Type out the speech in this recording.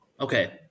Okay